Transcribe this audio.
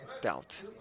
doubt